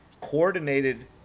coordinated